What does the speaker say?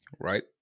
right